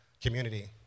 community